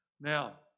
Now